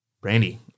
Brandy